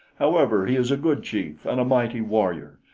however, he is a good chief and a mighty warrior,